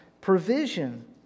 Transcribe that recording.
provision